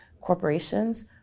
corporations